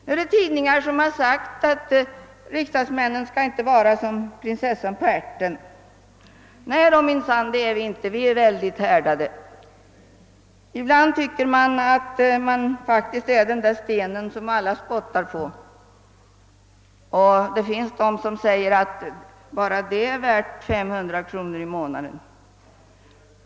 Det finns tidningar som skrivit att riksdagsmännen inte skall vara som prinsessan på ärten. Nej, minsann, det är vi inte heller. Vi är väldigt härdade. Ibland tycker man sig vara den sten, på vilken alla spottar. Det finns de som säger att bara detta är värt 500 kronor i månaden.